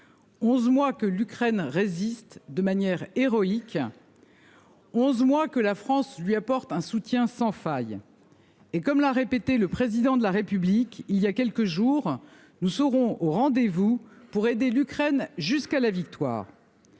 11 mois que l'Ukraine résiste de manière héroïque. 11 mois que la France lui apporte un soutien sans faille. Et comme l'a répété le président de la République il y a quelques jours, nous serons au rendez-vous pour aider l'Ukraine jusqu'à la victoire.